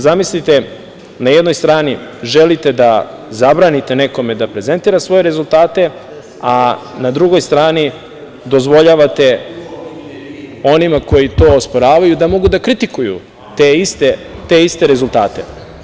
Zamislite na jednoj strani želite da zabranite nekome da prezentira svoje rezultate, a na drugoj strani dozvoljavate onima koji to osporavaju da mogu da kritikuju te iste rezultate.